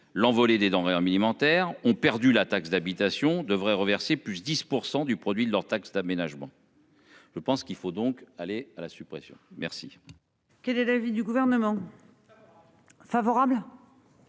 L'envolée des denrées minime enterre ont perdu la taxe d'habitation devraient reverser plus 10% du produit de leur taxe d'aménagement.-- Je pense qu'il faut donc aller à la suppression, merci.--